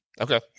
Okay